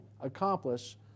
accomplish